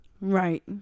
Right